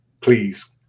please